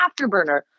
afterburner